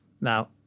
Now